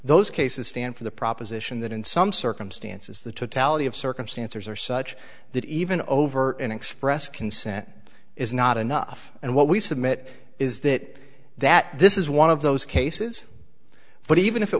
those cases stand for the proposition that in some circumstances the totality of circumstances are such that even over an express consent is not enough and what we submit is that that this is one of those cases but even if it